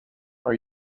are